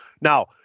Now